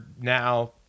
now